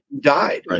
died